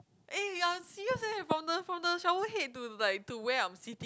eh you are serious eh from the from the shower head to like to where I'm sitting